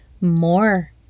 more